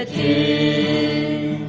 a